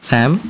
Sam